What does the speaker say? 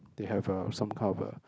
they have a some kind of a